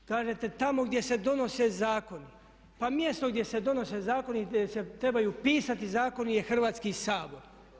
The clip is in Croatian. Ali, kažete tamo gdje se donose zakoni, pa mjesto gdje se donose zakoni i gdje se trebaju pisati zakoni je Hrvatski sabor.